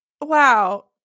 wow